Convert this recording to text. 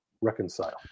reconcile